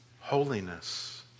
holiness